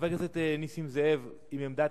שם נבדקת המשטרה, שם היא נבחנת,